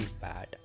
bad